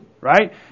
right